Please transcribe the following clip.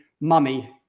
mummy